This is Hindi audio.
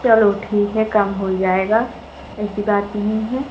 चलो ठीक है कम हो जाएगा ऐसी बात नहीं है